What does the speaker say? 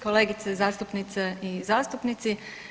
Kolegice zastupnice i zastupnici.